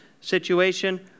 situation